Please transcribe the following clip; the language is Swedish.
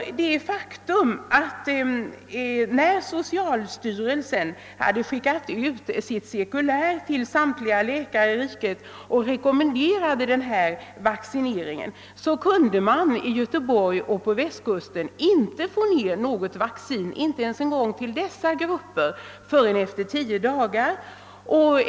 Det är ett faktum att sedan socialstyrelsen hade skickat ut sitt cirkulär till samtliga läkare i riket med en rekommendation om vaccinering kunde man inte i Göteborg och på västkusten i övrigt få ut något vaccin ens till de prioriterade grupperna förrän efter tio dagar.